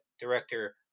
director